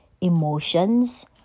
emotions